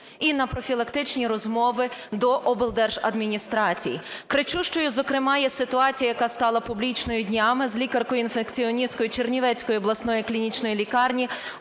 і на профілактичні розмови до облдержадміністрацій? Кричущою, зокрема, є ситуація, яка стала публічною днями, з лікаркою-інфекціоністкою Чернівецької обласної клінічної лікарні